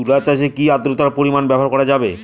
তুলা চাষে কি আদ্রর্তার পরিমাণ ব্যবহার করা যাবে?